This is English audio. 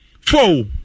Four